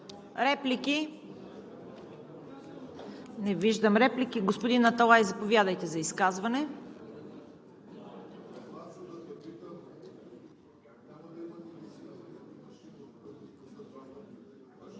Реплики? Не виждам. Господин Аталай, заповядайте за изказване.